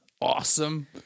awesome